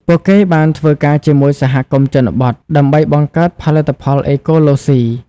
ពួកគេបានធ្វើការជាមួយសហគមន៍ជនបទ ដើម្បីបង្កើតផលិតផលអេកូឡូសុី។